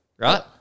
right